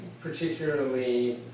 particularly